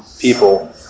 people